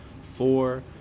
four